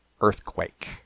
earthquake